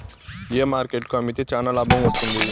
ఏ market కు అమ్మితే చానా లాభం వస్తుంది?